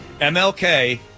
MLK